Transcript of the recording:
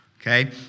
okay